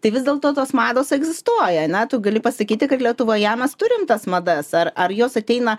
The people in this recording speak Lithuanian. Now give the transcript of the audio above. tai vis dėl to tos mados egzistuoja ane tu gali pasakyti kad lietuvoje mes turim tas madas ar ar jos ateina